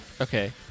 Okay